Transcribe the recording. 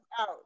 out